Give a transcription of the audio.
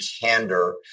candor